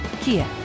Kia